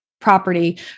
property